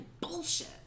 bullshit